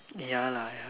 ya lah ya